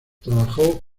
trabajó